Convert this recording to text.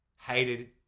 hated